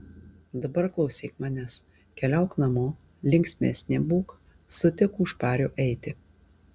dabar klausyk manęs keliauk namo linksmesnė būk sutik už pario eiti